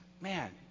man